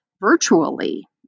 virtually